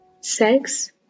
Sex